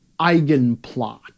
eigenplot